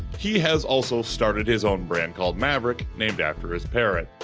he has also started his own brand called maverick, named after his parrot.